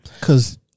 Cause